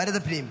ועדת הפנים.